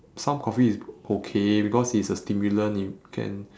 some coffee is okay because it's a stimulant you can